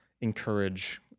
encourage